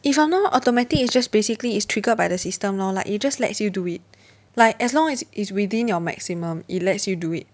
if I'm not wrong automatic is just basically is triggered by the system lor like it just let's you do it like as long as it's within your maximum it let's you do it